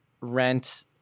Rent